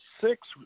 six